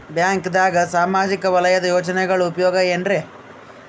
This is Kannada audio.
ಬ್ಯಾಂಕ್ದಾಗ ಸಾಮಾಜಿಕ ವಲಯದ ಯೋಜನೆಗಳ ಉಪಯೋಗ ಏನ್ರೀ?